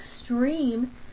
extreme